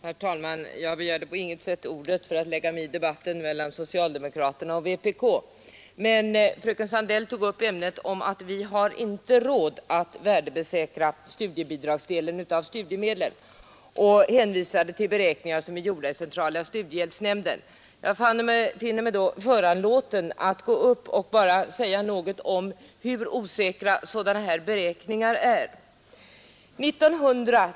Herr talman! Jag begärde på inget sätt ordet för att lägga mig i debatten mellan socialdemokraterna och vpk, men fröken Sandell tog upp ämnet att ”vi har inte råd” att värdesäkra studiebidragsdelen av studiemedlen och hänvisade till beräkningar som är gjorda av centrala studiehjälpsnämnden. Jag finner mig därför föranlåten att gå upp och säga något om hur osäkra sådana beräkningar är.